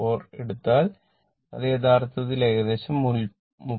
4 എടുത്താൽ അത് യഥാർത്ഥത്തിൽ ഏകദേശം 30